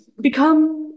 become